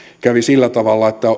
kävi sillä tavalla että